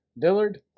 Dillard